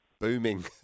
booming